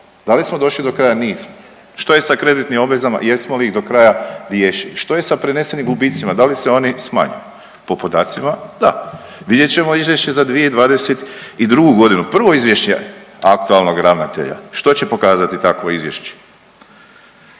Da li smo došli do kraja? Nismo. Što je sa kreditnim obvezama? Jesmo li ih do kraja riješili? Što je sa prenesenim gubicima da li se oni smanjuju? Po podacima da. Vidjet ćemo izvješće za 2022.g., prvo izvješće aktualnog ravnatelja što će pokazati takvo izvješće.